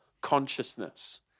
consciousness